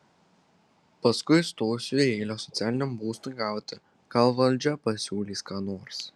paskui stosiu į eilę socialiniam būstui gauti gal valdžia pasiūlys ką nors